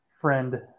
friend